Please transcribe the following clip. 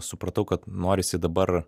supratau kad norisi dabar